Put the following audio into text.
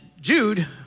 Jude